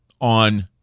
on